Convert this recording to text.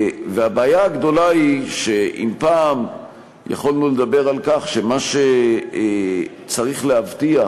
והבעיה הגדולה היא שאם פעם יכולנו לדבר על כך שמה שצריך להבטיח